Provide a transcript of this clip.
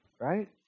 right